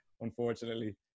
unfortunately